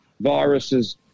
viruses